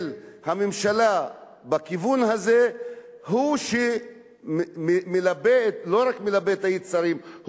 הממשלה בכיוון הזה לא רק מלבה את היצרים,